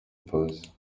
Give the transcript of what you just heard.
pause